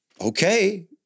okay